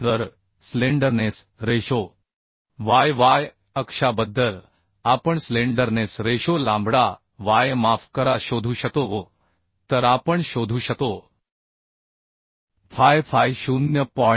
तर slenderness ratio y y अक्षाबद्दल आपण स्लेंडरनेस रेशो लांबडा y माफ करा शोधू शकतो तर आपण शोधू शकतो फाय फाय 0